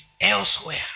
elsewhere